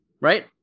right